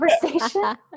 conversation